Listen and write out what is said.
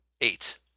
eight